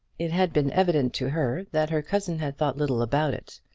it had been evident to her that her cousin had thought little about it.